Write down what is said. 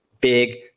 Big